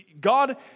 God